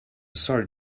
sorry